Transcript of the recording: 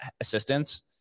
assistance